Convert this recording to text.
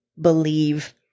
believe